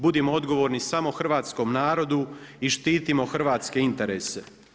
Budimo odgovorni samo hrvatskom narodu i štitimo hrvatske interese.